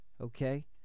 Okay